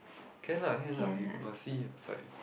can lah can lah you must see your side